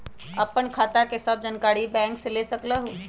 आपन खाता के सब जानकारी बैंक से ले सकेलु?